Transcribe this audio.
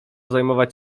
zajmować